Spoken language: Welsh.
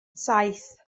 saith